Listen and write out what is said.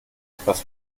etwas